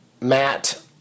Matt